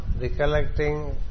recollecting